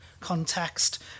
context